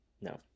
No